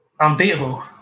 unbeatable